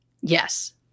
Yes